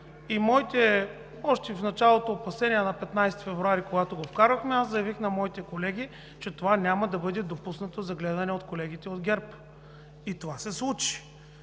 се приеме. Още в началото – на 15 февруари, когато го внесохме, аз заявих на моите колеги, че това няма да бъде допуснато за гледане от колегите от ГЕРБ, и това се случи.